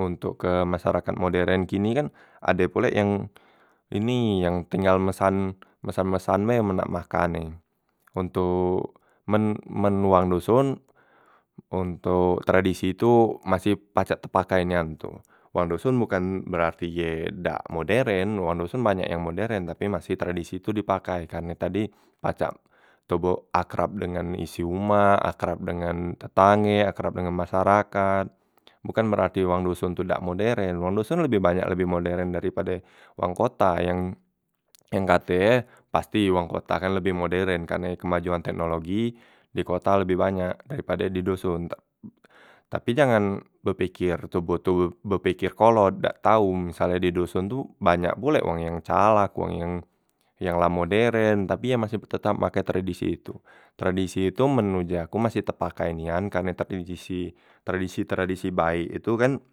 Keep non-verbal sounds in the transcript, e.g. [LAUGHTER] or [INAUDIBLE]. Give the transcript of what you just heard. untok ke masyarakat moderen kini kan ade pule yang ini yang tinggal mesan, mesan mesan be men nak makan e untok men wang doson ontok tradisi tu masih pacak te pakai nian tu, wang doson bukan berarti ye dak moderen, wang doson banyak yang moderen tapi masi tradisi tu di pakai karne tadi pacak toboh akrab dengan isi umah, akrab dengan tetangge, akrab dengan masyarakat bukan berarti wang doson tu dak moderen wong doson lebih banyak lebih moderen daripade wang kota yang yang kate e pasti wong kota kak lebih moderen karne kemajuan teknologi di kota lebih banyak dari pada di doson ta tapi jangan bepeker toboh tu be peker kolot dak tau misalnye di doson tu banyak pule wong yang calak, wang yang la moderen tapi ye masih be tetap make tradisi itu, tradisi itu man uji aku masih tepakai nian, karne [UNINTELLIGIBLE] tradisi- tradisi baek itu kan.